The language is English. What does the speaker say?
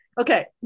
Okay